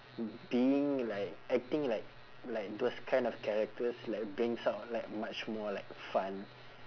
being like acting like like those kind of characters like brings out like much more like fun